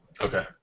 Okay